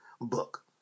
book